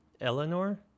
Eleanor